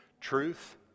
Truth